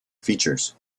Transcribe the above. features